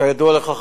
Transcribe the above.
כידוע לך,